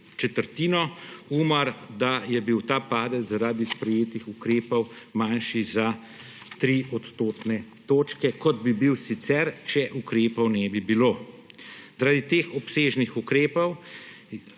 četrtino, UMAR, da je bil ta padec zaradi sprejetih ukrepov manjši za 3 odstotne točke, kot bi bil sicer, če ukrepov ne bi bilo. Zaradi teh obsežnih ukrepov